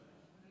מצוין.